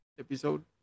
episode